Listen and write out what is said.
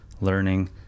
learning